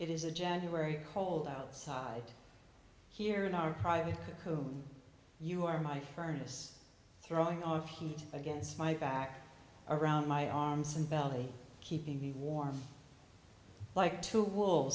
it is a january cold outside here in our private home you are my furnace throwing of heat against my back around my arms and belly keeping me warm like two w